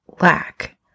lack